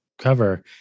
cover